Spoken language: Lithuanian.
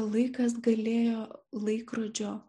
laikas galėjo laikrodžio